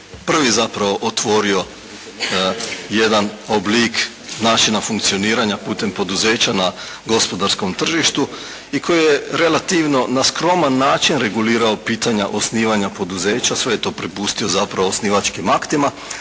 prvi zapravo otvorio jedan oblik načina funkcioniranja putem poduzeća na gospodarskom tržištu i koji je relativno na skroman način regulirao pitanja osnivanja poduzeća. Sve je to prepustio zapravo osnivačkim aktima.